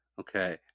Okay